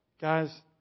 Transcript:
guys